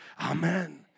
Amen